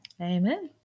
Amen